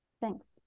Thanks